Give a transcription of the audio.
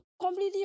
completely